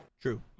True